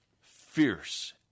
fierce